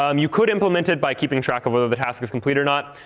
um you could implement it by keeping track of whether the task is complete or not.